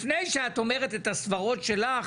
לפני שאת אומרת את הסברות שלך,